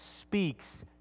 speaks